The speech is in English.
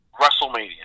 WrestleMania